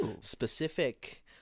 specific